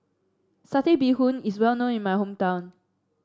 Satay Bee Hoon is well known in my hometown